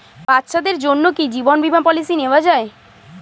বাচ্চাদের জন্য কি জীবন বীমা পলিসি নেওয়া যায়?